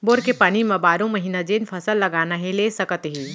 bore के पानी म बारो महिना जेन फसल लगाना हे ले सकत हे